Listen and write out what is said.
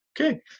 Okay